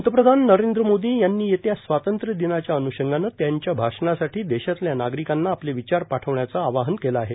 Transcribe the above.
पंतप्रधान नरेंद्र मोदी यांनी येत्या स्वातंत्र्य दिनाच्या अनुग्गानं त्याच्या भाणासाठी देशातल्या नागरिकांना आपले विचार पाठवण्याचं आवाहन केलं आहे